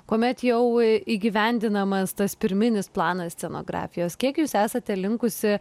kuomet jau įgyvendinamas tas pirminis planas scenografijos kiek jūs esate linkusi